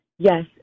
Yes